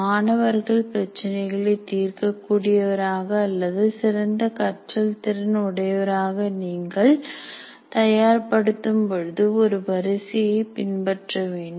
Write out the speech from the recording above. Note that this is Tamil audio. மாணவர்கள் பிரச்சனைகளை தீர்க்க கூடியவராக அல்லது சிறந்த கற்றல் திறன் உடையவராக நீங்கள் தயார்படுத்தும் பொழுது ஒரு வரிசையை பின்பற்ற வேண்டும்